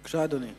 בבקשה, אדוני.